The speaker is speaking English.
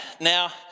Now